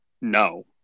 no